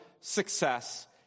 success